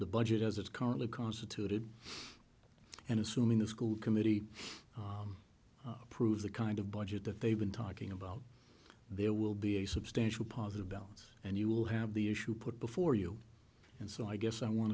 the budget as it's currently constituted and assuming the school committee approves the kind of budget that they've been talking about there will be a substantial positive balance and you will have the issue put before you and so i guess i want